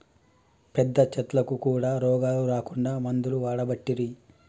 పెద్ద చెట్లకు కూడా రోగాలు రాకుండా మందులు వాడబట్టిరి